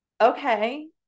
okay